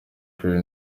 perry